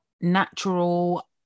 natural